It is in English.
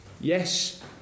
Yes